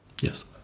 Yes